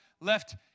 left